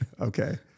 okay